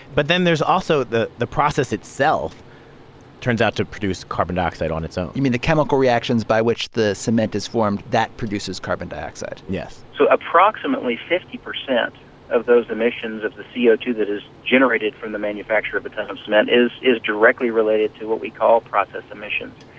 but then there's also the the process itself turns out to produce carbon dioxide on its own you mean the chemical reactions by which the cement is formed, that produces carbon dioxide? yes so approximately fifty percent of those emissions of the c o two that is generated from the manufacture of a ton of cement is is directly related to what we call process emissions,